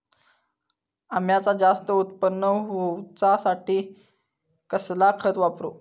अम्याचा जास्त उत्पन्न होवचासाठी कसला खत वापरू?